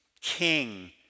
king